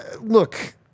Look